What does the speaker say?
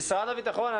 משרד הביטחון,